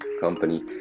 company